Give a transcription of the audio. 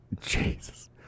Jesus